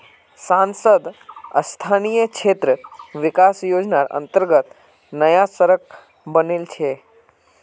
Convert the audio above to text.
सांसद स्थानीय क्षेत्र विकास योजनार अंतर्गत नया सड़क बनील छै